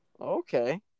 Okay